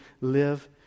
live